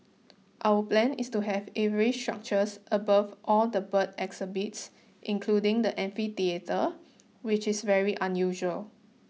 our plan is to have aviary structures above all the bird exhibits including the amphitheatre which is very unusual